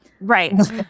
Right